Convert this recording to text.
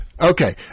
Okay